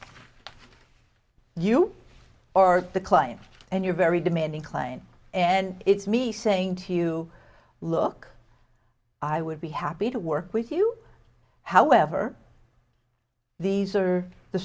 you or the client and your very demanding client and it's me saying to you look i would be happy to work with you however these are the